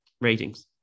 Ratings